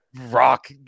rock